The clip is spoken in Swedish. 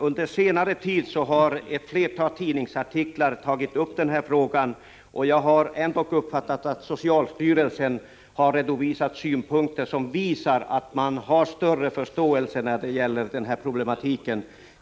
Under senare tid har ett flertal tidningsartiklar tagit upp frågan, och jag har ändock uppfattat att socialstyrelsen har redovisat synpunkter som visar att man nu har större förståelse för denna problematik.